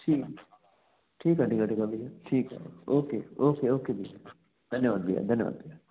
ठीकु ठीकु आहे ठीकु आहे ठीकु आहे भईया ठीकु आहे ओके ओके ओके भईया धन्यवादु भईया धन्यवादु भईया